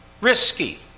Risky